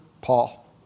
Paul